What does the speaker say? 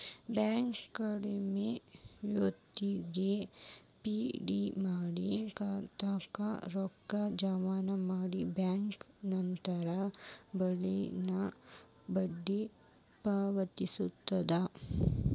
bank credit ಯೂನಿಯನ್ನ್ಯಾಗ್ FD ಮಾಡಿ ಖಾತಾಕ್ಕ ರೊಕ್ಕ ಜಮಾ ಮಾಡಿ ಬ್ಯಾಂಕ್ ನಂತ್ರ ಬ್ಯಾಲೆನ್ಸ್ಗ ಬಡ್ಡಿ ಪಾವತಿಸ್ತದ